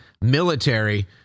military